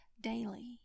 daily